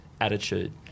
attitude